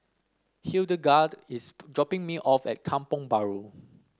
Hildegarde is dropping me off at Kampong Bahru